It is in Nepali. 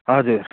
हजुर